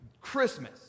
Christmas